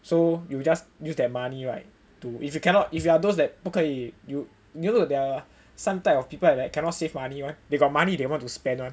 so you just use that money right to if you cannot if you are those that 不可以 you know there are some type of people that cannot save money [one] they got money they want to spend [one]